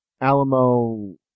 Alamo